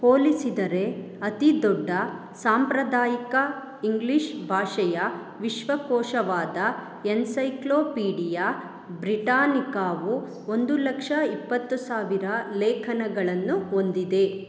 ಹೋಲಿಸಿದರೆ ಅತೀ ದೊಡ್ಡ ಸಾಂಪ್ರದಾಯಿಕ ಇಂಗ್ಲಿಷ್ ಭಾಷೆಯ ವಿಶ್ವಕೋಶವಾದ ಎನ್ಸೈಕ್ಲೋಪೀಡಿಯಾ ಬ್ರಿಟಾನಿಕಾವು ಒಂದು ಲಕ್ಷ ಇಪ್ಪತ್ತು ಸಾವಿರ ಲೇಖನಗಳನ್ನು ಹೊಂದಿದೆ